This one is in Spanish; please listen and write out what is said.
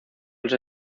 los